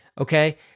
okay